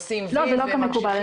עושים "וי" וממשיכים הלאה.